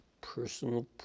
personal